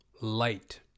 Light